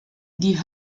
die